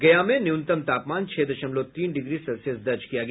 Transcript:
गया में न्यूनतम तापमान छह दशमलव तीन डिग्री सेल्सियस दर्ज किया गया